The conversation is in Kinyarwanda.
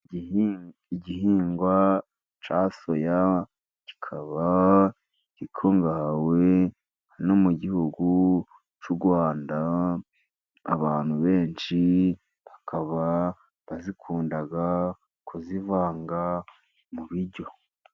Igihingwa cya soya kikaba gikungahaye no mu gihugu cy' u Rwanda abantu benshi bakaba bazikunda kuzivanga mu biryo.